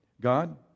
God